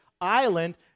island